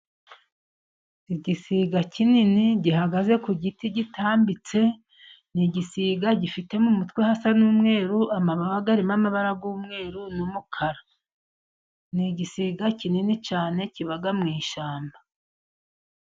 Igisiga kinini gihagaze ku giti gitambitse. Ni igisiga gifite umutwe usa n’umweru, amababa afite amabara y’umweru n’umukara. Ni igisiga kinini cyane, kiba mu ishyamba.